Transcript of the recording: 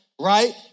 right